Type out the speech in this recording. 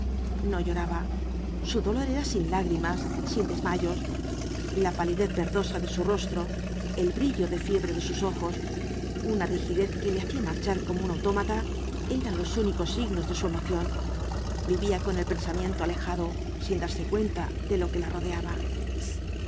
no lloraba su dolor era sin lágrimas sin desmayos la palidez verdosa de su rostro el brillo de fiebre de sus ojos una rigidez que le hacía marchar como un autómata eran los únicos signos de su emoción vivía con el pensamiento alejado sin darse cuenta de lo que la rodeaba